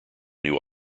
new